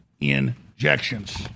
injections